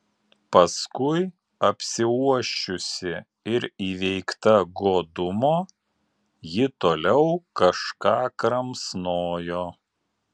paskui apsiuosčiusi ir įveikta godumo ji toliau kažką kramsnojo